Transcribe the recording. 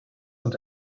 und